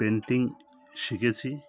painting শিখেছি